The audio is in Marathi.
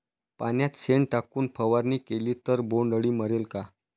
पाण्यात शेण टाकून फवारणी केली तर बोंडअळी मरेल का?